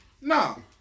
No